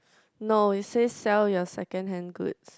no it says sell your second hand goods